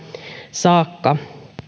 saakka